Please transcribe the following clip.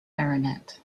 baronet